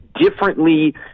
differently